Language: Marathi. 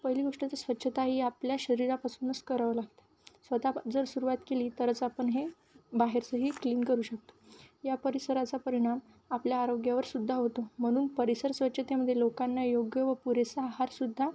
पहिली गोष्टीचा स्वच्छता ही आपल्या शरीरापासूनच करावं लागतें स्वतः जर सुरुवात केली तरच आपण हे बाहेरचंही क्लीन करू शकतो या परिसराचा परिणाम आपल्या आरोग्यावरसुद्धा होतो म्हणुन परिसर स्वच्छतेमध्ये लोकांना योग्य व पुरेसा आहार सुद्धा